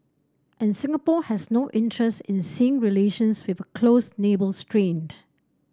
and Singapore has no interest in seeing relations with a close neighbour strained